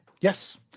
yes